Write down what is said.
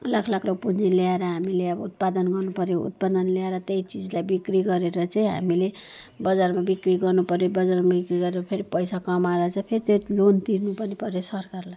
लाख लाखको पुँजी ल्याएर हामीले अब उत्पादन गर्नु पर्यो उत्पादन ल्याएर त्यही चिजलाई बिक्री गरेर चाहिँ हामीले बजारमा बिक्री गर्नु पर्यो बजारमा बिक्री गरेर फेरि पैसा कमाएर चाहिँ फेरि त्यो लोन तिर्नु पनि पर्यो सरकारलाई